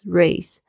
race